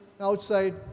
outside